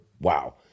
wow